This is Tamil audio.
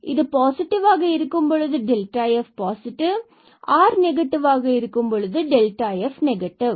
இது r பாசிட்டிவாக இருக்கும்பொழுது f என்பது பாசிடிவ் மற்றும் இது r நெகட்டிவ் பொழுது f நெகடிவ்